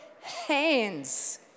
hands